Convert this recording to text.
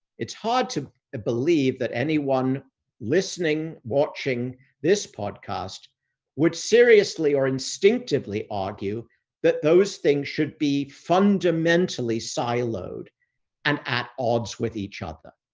it's hard to ah believe that anyone listening, watching this podcast would seriously or instinctively argue that those things should be fundamentally siloed and at odds with each other,